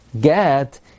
get